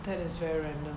that is very random